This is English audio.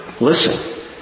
listen